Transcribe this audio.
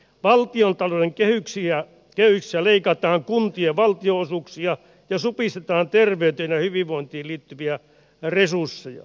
valtiontalouden kehyksissä leikataan kuntien valtionosuuksia ja supistetaan terveyteen ja hyvinvointiin liittyviä resursseja